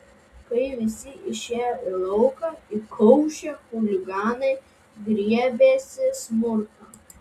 kai visi išėjo į lauką įkaušę chuliganai griebėsi smurto